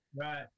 Right